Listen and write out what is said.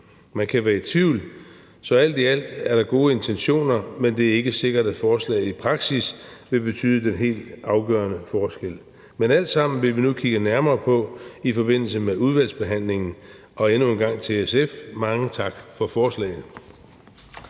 Man kan være i tvivl. Så alt i alt er der gode intentioner, men det er ikke sikkert, at forslaget i praksis vil betyde den helt afgørende forskel. Men alt sammen vil vi nu kigge nærmere på i forbindelse med udvalgsbehandlingen, og endnu en gang mange tak til SF for forslaget.